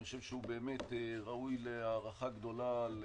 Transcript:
אני חושב שהוא באמת ראוי להערכה גדולה על